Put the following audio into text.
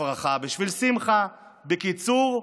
הפרחה בשביל שמחה, בקיצור,